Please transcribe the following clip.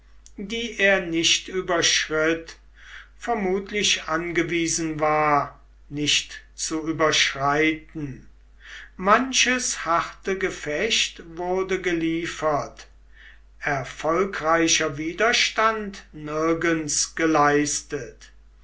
die er nicht überschritt vermutlich angewiesen war nicht zu überschreiten manches harte gefecht wurde geliefert erfolgreicher widerstand nirgends geleistet